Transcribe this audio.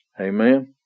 Amen